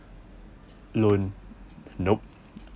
loan nope